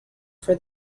for